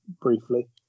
Briefly